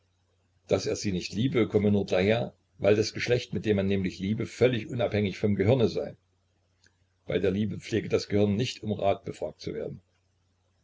daß er sie nicht liebe komme nur daher weil das geschlecht mit dem man nämlich liebe völlig unabhängig vom gehirne sei bei der liebe pflege das gehirn nicht um rat befragt zu werden